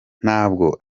ntabwo